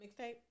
mixtape